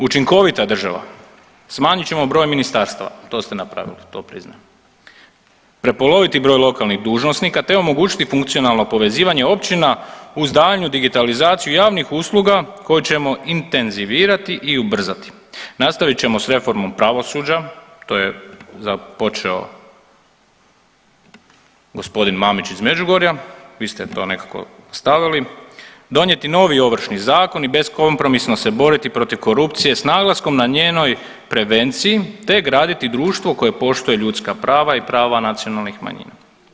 Učinkovita država, smanjit ćemo broj ministarstava, to ste napravili, to priznajem, prepoloviti broj lokalnih dužnosnika, te omogućiti funkcionalno povezivanje općina uz daljnju digitalizaciju javnih usluga koje ćemo intenzivirati i ubrzati, nastavit ćemo s reformom pravosuđa, to je započeo g. Mamić iz Međugorja, vi ste to nekako stavili, donijeti novi Ovršni zakon i beskompromisno se boriti protiv korupcije s naglaskom na njenoj prevenciji, te graditi društvo koje poštuje ljudska prava i prava nacionalnih manjina.